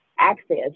Access